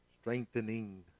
Strengthening